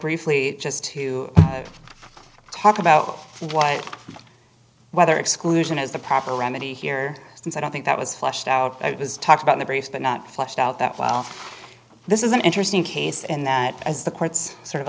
briefly just to talk about what whether exclusion is the proper remedy here since i don't think that was flushed out it was talked about the brief but not fleshed out that this is an interesting case in that as the courts sort of